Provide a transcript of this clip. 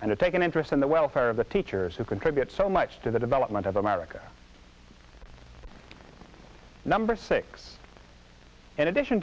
and to take an interest in the welfare of the teachers who contribute so much to the development of america number six in addition